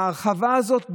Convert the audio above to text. ההרחבה הזאת,